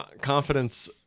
Confidence